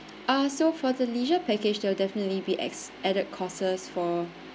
ah so for the leisure package there'll definitely be ex~ added costs for